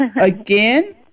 again